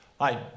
Hi